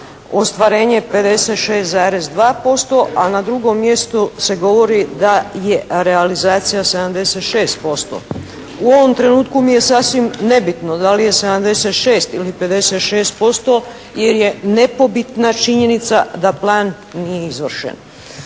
ostvarenje 56,2% a na drugom mjestu se govori da je realizacija 76%. U ovom trenutku mi je sasvim nebitno da li je 76 ili 56% jer je nepobitna činjenica da plan nije izvršen.